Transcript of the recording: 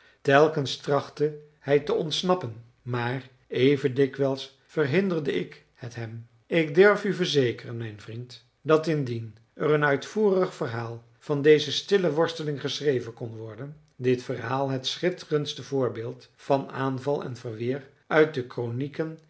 telkens trachtte hij te ontsnappen maar even dikwijls verhinderde ik het hem ik durf u verzekeren mijn vriend dat indien er een uitvoerig verhaal van deze stille worsteling geschreven kon worden dit verhaal het schitterendste voorbeeld van aanval en verweer uit de kronieken